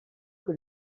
que